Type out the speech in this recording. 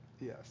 Yes